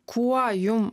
kuo jum